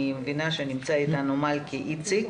אני מבינה שנמצאת איתנו מלכי איציק,